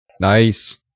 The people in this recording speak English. Nice